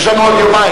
יש לנו עוד יומיים.